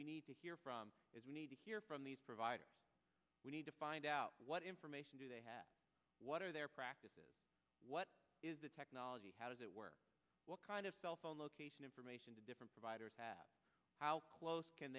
we need to hear from is we need to hear from these providers we need to find out what information do they have what are their practices what is the technology how does it work what kind of cell phone location information to different providers how close can